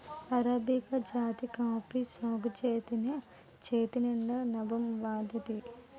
arabica జాతి coffee సాగుజేత్తేనే చేతినిండా నాబం వత్తాది